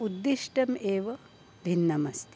उद्देश्यम् एव भिन्नमस्ति